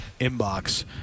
inbox